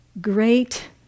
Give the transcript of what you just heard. great